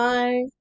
Bye